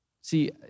See